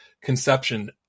Conception